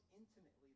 intimately